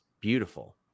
beautiful